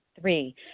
Three